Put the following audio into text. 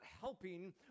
helping